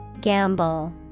Gamble